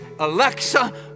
Alexa